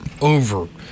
over